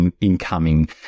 incoming